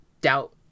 doubt